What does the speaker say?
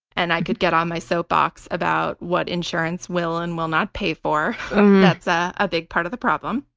and i could get on my soap box about what insurance will and will not pay for. um that's ah a big part of the problem.